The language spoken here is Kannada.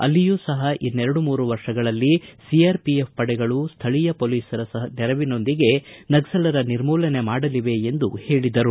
ಅಲ್ಲಿಯೂ ಸಹ ಇನ್ನೆರಡು ಮೂರು ವರ್ಷಗಳಲ್ಲಿ ಒಆರ್ಒಎಫ್ ಪಡೆಗಳು ಸ್ವೀಯ ಪೊಲೀಸ್ರ ನೆರವಿನೊಂದಿಗೆ ನಕ್ಸಲರ ನಿರ್ಮೂಲನೆ ಮಾಡಲಿವೆ ಎಂದು ಹೇಳಿದರು